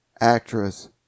Actress